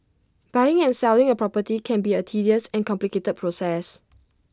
buying and selling A property can be A tedious and complicated process